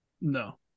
No